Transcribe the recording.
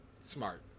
Smart